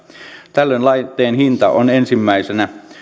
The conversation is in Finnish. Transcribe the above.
tällöin laitteen hinta on ensimmäisenä